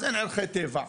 אז אין ערכי טבע,